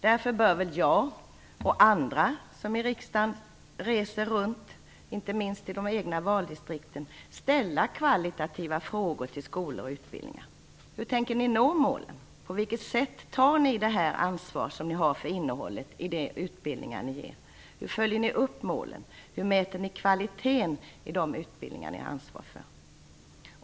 Därför bör jag och andra i riksdagen som reser runt, inte minst i sina egna valdistrikten, ställa kvalitativa frågor till skolor om utbildningar. Hur tänker ni nå målen? På vilket sätt tar ni det ansvar som ni har för innehållet i de utbildningar som ni ger? Hur följer ni upp att målen nås? Hur mäter ni kvaliteten i de utbildningar ni har ansvar för?